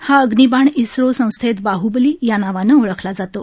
हा अभ्निबाण इस्रो संस्थेत बाहबली या नावानं ओळखला जातो